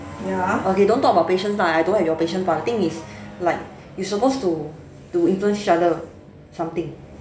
okay don't talk about patience lah I don't have your patience but the thing is like you supposed to to influence each other something